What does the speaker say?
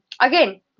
again